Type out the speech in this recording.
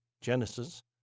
Genesis